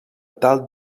tal